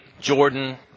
Jordan